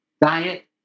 diet